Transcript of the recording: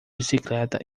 bicicleta